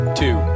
two